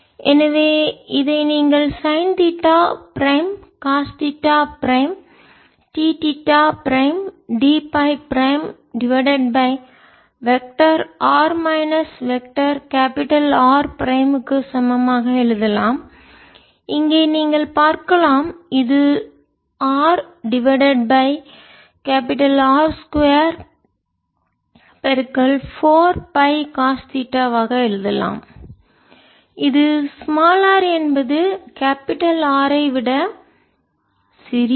R24π0 cosr Rsindd r30 cosθ for r≤R R330 cosθr2 for r≥Rcosr Rsindd 4πr3R2cosθ for r≤R 4πR3r2cosθ for r≥R r Rr2R2 2rRcoscosθsinsinθcosϕ ϕ cossinddR2r2 2rRcoscosθsinsinθcosϕ ϕ எனவே இதை நீங்கள் sine theta prime cos theta prime d theta prime d phi prime divided by vector r minus vector R prime க்கு சமமாக எழுதலாம்இங்கே நீங்கள் பார்க்கலாம் இது r divided by R 2 4 pi cos theta வாக எழுதலாம் இது r என்பது கேபிடல் R ஐ விட சிறியது